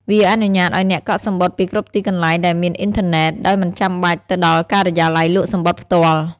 វាអនុញ្ញាតឱ្យអ្នកកក់សំបុត្រពីគ្រប់ទីកន្លែងដែលមានអុីនធឺណេត ដោយមិនចាំបាច់ទៅដល់ការិយាល័យលក់សំបុត្រផ្ទាល់។